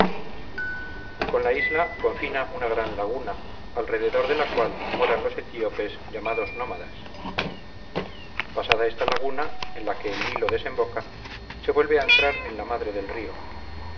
con la isla confina una gran laguna alrededor de la cual moran los etíopes llamados nómadas pasada esta laguna en la que el nilo desemboca se vuelve a entrar en la madre del río